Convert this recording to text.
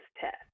test